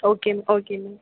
okay okay ma'am